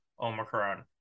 Omicron